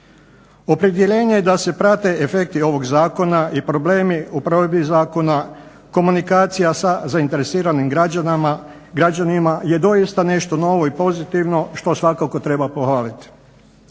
Opredjeljenje je da se prate efekti ovog zakona i problemi u provedbi zakona, komunikacija sa zainteresiranim građanima je doista nešto novo i pozitivno što svakako treba pohvaliti.